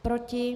Proti?